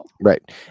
Right